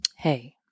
Hey